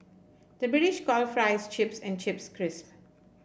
the British call fries chips and chips crisp